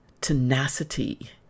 tenacity